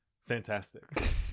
fantastic